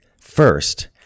First